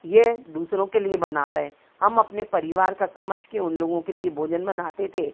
ये दूसरों के लिए बना रहे हम अपने परिवार का समझ के उन लोगों के लिए भोजन बनाते थे